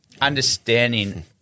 understanding